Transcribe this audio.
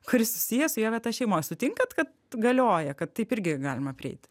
kuris susijęs su jo vieta šeimoj sutinkat kad galioja kad taip irgi galima prieit